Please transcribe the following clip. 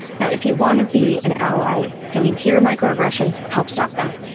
you know if you want to be an ally and you hear microaggressions, help stop them.